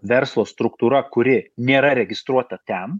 verslo struktūra kuri nėra registruota ten